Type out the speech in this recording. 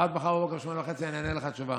אז עד מחר ב-08:30 אני אענה לך תשובה.